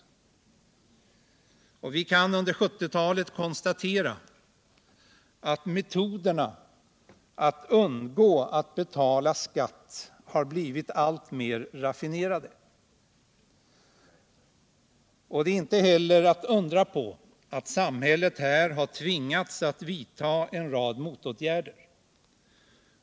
Vi kan konstatera att under 1970-talet har metoderna att undgå att betala skatt blivit alltmer raffinerade. Det är inte att undra på att samhället har tvingats vidta en rad motåtgärder.